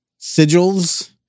Sigils